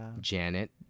janet